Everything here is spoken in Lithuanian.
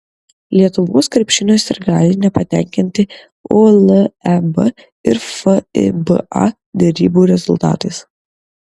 lietuvos krepšinio sirgaliai nepatenkinti uleb ir fiba derybų rezultatais